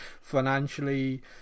financially